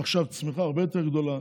עכשיו צמיחה הרבה יותר גדולה.